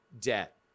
debt